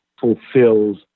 fulfills